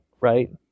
right